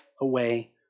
away